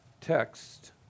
text